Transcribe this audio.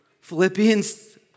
Philippians